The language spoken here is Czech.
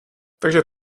takže